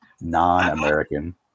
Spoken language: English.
non-American